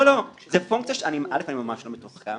אל"ף, אני ממש לא מתוחכם.